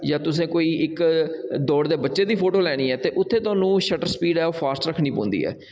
जां तुसें कोई इक दौड़दे बच्चे दी फोटो लैनी ऐ ते उत्थै थुहानूं ओह् शटर स्पीड़ ऐ ओह् फास्ट रक्खनी पौंदी ऐ